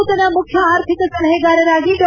ನೂತನ ಮುಖ್ಯ ಆರ್ಥಿಕ ಸಲಹೆಗಾರರಾಗಿ ಡಾ